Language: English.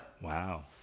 Wow